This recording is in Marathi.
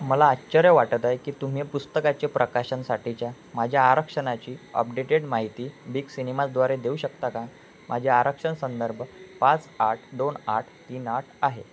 मला आश्चर्य वाटत आहे की तुम्ही पुस्तकाचे प्रकाशनासाठीच्या माझ्या आरक्षणाची अपडेटेड माहिती बिग सिनेमाद्वारे देऊ शकता का माझे आरक्षण संदर्भ पाच आठ दोन आठ तीन आठ आहे